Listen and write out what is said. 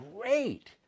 great